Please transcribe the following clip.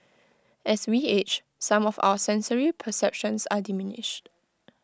as we age some of our sensory perceptions are diminished